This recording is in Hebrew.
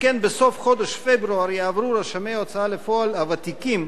שכן בסוף חודש פברואר יעברו רשמי ההוצאה לפועל הוותיקים,